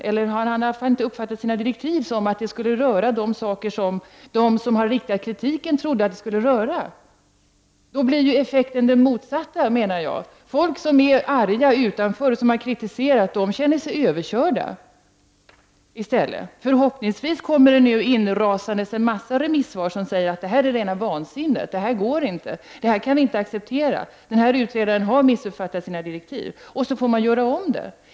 Han har i alla fall inte uppfattat sina direktiv som att dessa skulle gälla det som de som framfört kritiken trodde skulle beröras. Effekten blir den motsatta till vad man eftersträvat. Människor som är arga och som har framfört kritik känner sig i stället överkörda. Förhoppningsvis kommer det att rasa in en mängd remissvar som säger att detta är rena vansinnet. Det här går inte. Det här kan vi inte acceptera, utredaren har missuppfattat sina direktiv. Man får då göra om utredningen.